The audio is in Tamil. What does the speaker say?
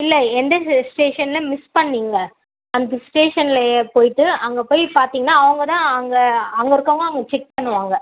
இல்லை எந்த ஸ் ஸ்டேஷன்ல மிஸ் பண்ணீங்கள் அந்த ஸ்டேஷன்லயே போய்ட்டு அங்கே போய் பார்த்திங்னா அவங்க தான் அங்கே அங்கே இருக்கவங்க அங்கே செக் பண்ணுவாங்கள்